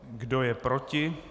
Kdo je proti?